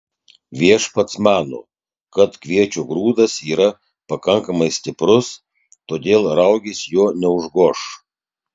viešpats mano kad kviečio grūdas yra pakankamai stiprus todėl raugės jo neužgoš